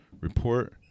report